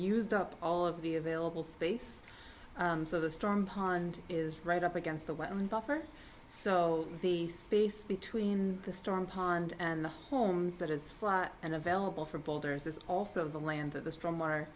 used up all of the available space so the strong pond is right up against the well known buffer so the space between the storm pond and the homes that is flat and available for boulders is also the land that this from our